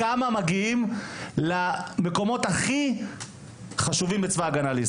כמה מגיעים למקומות הכי חשובים בצה"ל.